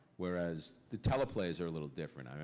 whereas the teleplays are a little different.